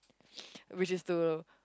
which is to